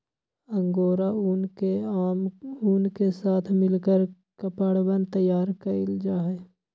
angora ऊन के आम ऊन के साथ मिलकर कपड़वन तैयार कइल जाहई